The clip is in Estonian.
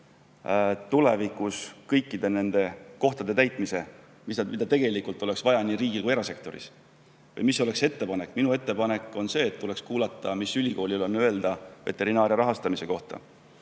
tulevikus kõikide nende kohtade täitmise, mida tegelikult oleks vaja nii riigi- kui ka erasektoris? Või mis oleks ettepanek? Minu ettepanek on see, et tuleks kuulata, mida on ülikoolil on öelda veterinaaria rahastamise kohta,